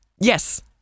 Yes